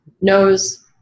knows